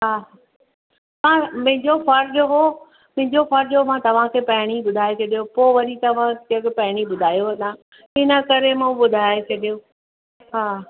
हा हा मुंहिंजो फ़र्ज़ु हुओ मुंहिंजो फ़र्ज़ु हुओ मां तव्हांखे पहिरीं ॿुधाए छॾियो पोइ वरी तव्हां चयो कि पहिरीं ॿुधायो न इनकरे मां ॿुधाए छॾियो हा